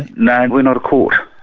and no, and we're not a court.